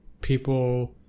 people